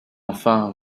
enfin